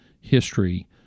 history